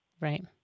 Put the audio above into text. Right